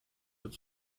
wird